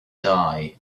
die